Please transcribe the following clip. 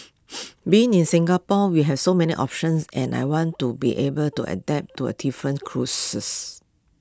being in Singapore we have so many options and I want to be able to adapt to A different